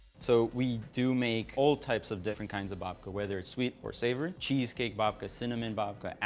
so, we do make all types of different kinds of babka, whether it's sweet or savory cheesecake babka, cinnamon babka,